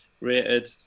Rated